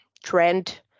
trend